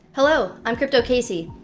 hello, i'm crypto casey.